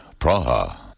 Praha